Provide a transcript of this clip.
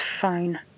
fine